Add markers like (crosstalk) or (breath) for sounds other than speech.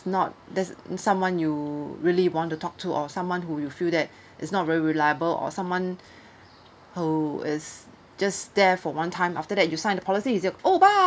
not that's someone you really want to talk to or someone who you feel that is not very reliable or someone (breath) who is just there for one time after that you sign the policies he said oh bye